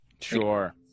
sure